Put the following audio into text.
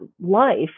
life